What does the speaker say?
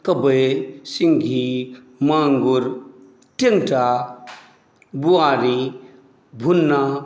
कबई सिँही माँगुर टेँटा बुआरी भुन्ना